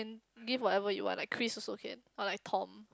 give whatever you want like Chris also can or like Tom